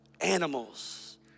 animals